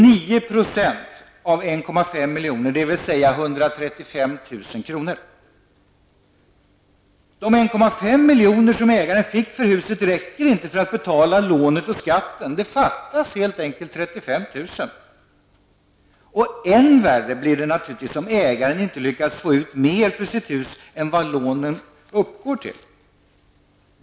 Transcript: De 1,5 milj.kr. som ägaren fick för huset räcker inte till att betala lånet och skatten. Det fattas helt enkelt 35 000 kr. Än värre blir det naturligtvis om ägaren inte lyckas få ut mer för sitt hus än vad lånen uppgår till.